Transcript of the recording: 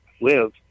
live